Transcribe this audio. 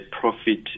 profit